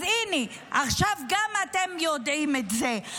אז הינה, עכשיו גם אתם יודעים את זה.